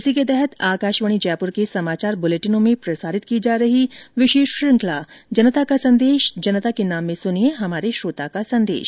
इसी के तहत आकाशवाणी जयपुर के समाचार बुलेटिनों में प्रसारित की जा रही विशेष श्रुखंला जनता का संदेश जनता के नाम में सुनिये हमारे श्रोता का संदेश